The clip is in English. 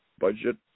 budget